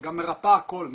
היא גם מרפאה הכל.